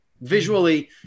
visually